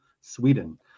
Sweden